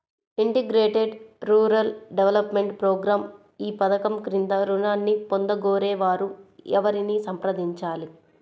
Integrated rural development program ఈ పధకం క్రింద ఋణాన్ని పొందగోరే వారు ఎవరిని సంప్రదించాలి?